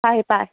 ꯇꯥꯏ ꯇꯥꯏ